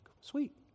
sweet